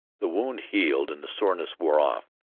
the wound healed and the soreness wore off,